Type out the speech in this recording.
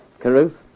caruth